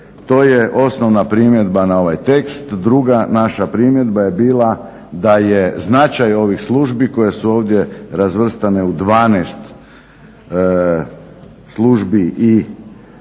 To je osnovna primjedba na ovaj tekst. Druga naša primjedba je bila da je značaj ovih službi koje su ovdje razvrstane u 12 službi i po